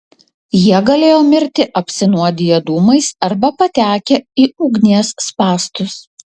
jie galėjo mirti apsinuodiję dūmais arba patekę į ugnies spąstus